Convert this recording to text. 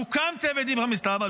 הוקם צוות איפכא מסתברא,